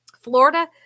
Florida